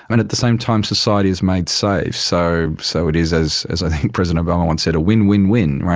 and at the same time society is made safe. so so it is, as as i think president obama once said, a win-win-win,